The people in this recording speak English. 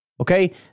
Okay